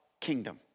kingdom